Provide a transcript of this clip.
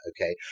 okay